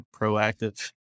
proactive